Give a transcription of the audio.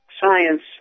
science